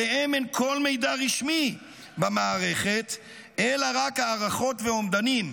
עליהם אין כל מידע רשמי במערכת אלא רק הערכות ואומדנים.